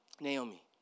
Naomi